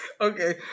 Okay